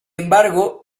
embargo